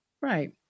right